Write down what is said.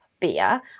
beer